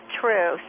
true